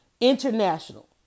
International